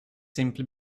simply